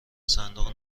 صندوق